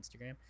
Instagram